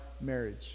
marriage